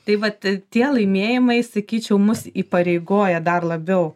tai vat tie laimėjimai sakyčiau mus įpareigoja dar labiau